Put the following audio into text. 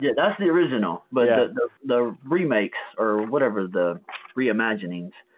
yeah that's the original, but yeah the remakes or whatever, the reimaginings.